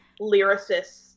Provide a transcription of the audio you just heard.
lyricists